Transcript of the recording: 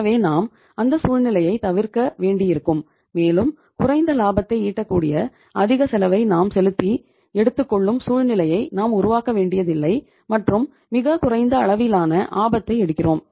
எனவே நாம் அந்த சூழ்நிலையைத் தவிர்க்க வேண்டியிருக்கும் மேலும் குறைந்த லாபத்தை ஈட்டக்கூடிய அதிக செலவை நாம் செலுத்தி எடுத்துக் கொள்ளும் சூழ்நிலையை நாம் உருவாக்க வேண்டியதில்லை மற்றும் மிகக் குறைந்த அளவிலான ஆபத்தை எடுக்கிறோம்